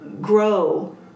grow